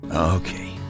Okay